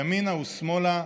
ימינה ושמאלה,